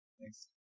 Thanks